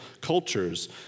cultures